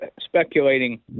speculating